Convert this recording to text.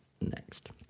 Next